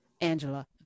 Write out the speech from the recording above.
Angela